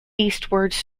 eastwards